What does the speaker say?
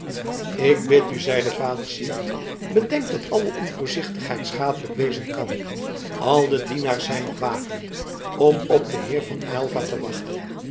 ik bid u zeide vader syard bedenk dat alle onvoorzichtigheid schadelijk wezen kan al de dienaars zijn nog wakende om op den heer van aylva te wachten